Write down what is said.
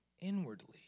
inwardly